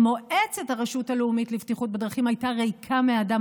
מועצת הרשות הלאומית לבטיחות בדרכים הייתה ריקה מאדם.